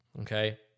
Okay